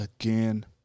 again